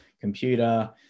computer